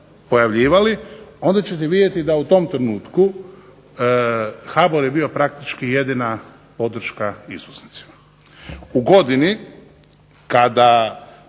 pojavljivali onda ćete vidjeti da u tom trenutku HBOR je bio praktički jedina podrška izvoznicima. U godini kada